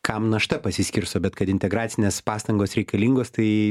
kam našta pasiskirsto bet kad integracinės pastangos reikalingos tai